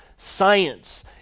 Science